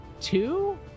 two